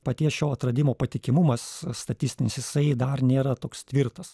paties šio atradimo patikimumas statistinis jisai dar nėra toks tvirtas